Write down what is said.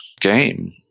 game